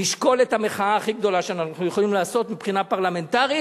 נשקול את המחאה הכי גדולה שאנחנו יכולים לעשות מבחינה פרלמנטרית.